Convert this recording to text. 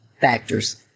factors